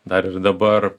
dar ir dabar